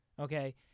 Okay